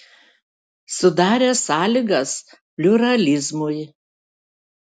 sudarė sąlygas pliuralizmui